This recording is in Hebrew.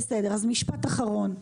משפט אחרון: